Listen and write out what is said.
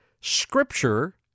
Scripture